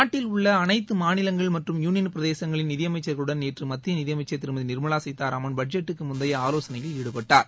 நாட்டில் உள்ள அனைத்து மாநிலங்கள் மற்றும் யூவியன் பிரதேசங்களின் நிதியமைச்சர்களுடன் நேற்று மத்திய நிதியமைச்சர் திருமதி நிர்மலா சீத்தாராமன் பட்ஜெட்டுக்கு முந்தைய ஆலோசனையில் ஈடுபட்டார்